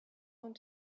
want